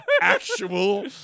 actual